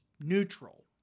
neutral